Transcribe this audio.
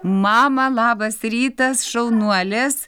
mama labas rytas šaunuolės